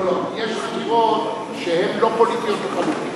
לא לא, יש חקירות שהן לא פוליטיות לחלוטין.